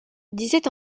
disait